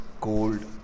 cold